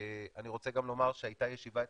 אני רוצה לומר שהייתה ישיבה אתמול,